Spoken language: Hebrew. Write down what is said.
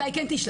מתי כן תשלח?